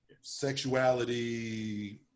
Sexuality